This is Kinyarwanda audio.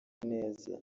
neza